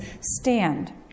stand